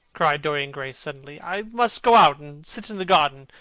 cried dorian gray suddenly. i must go out and sit in the garden.